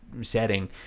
setting